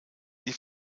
die